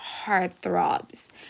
heartthrobs